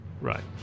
Right